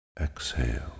Exhale